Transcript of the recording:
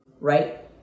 right